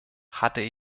hatte